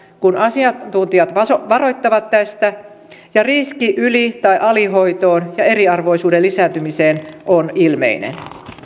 kun asiantuntijat varoittavat tästä ja riski yli tai alihoitoon ja eriarvoisuuden lisääntymiseen on ilmeinen